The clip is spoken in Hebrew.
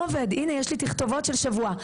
הינה יש לי תכתובת של שבוע,